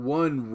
one